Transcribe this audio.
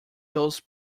those